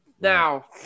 Now